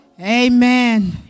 Amen